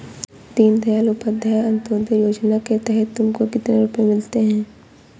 दीन दयाल उपाध्याय अंत्योदया योजना के तहत तुमको कितने रुपये मिलते हैं